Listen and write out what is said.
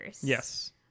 Yes